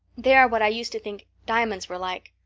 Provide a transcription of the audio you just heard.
they are what i used to think diamonds were like.